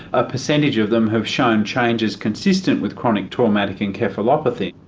a percentage of them have shown changes consistent with chronic traumatic encephalopathy.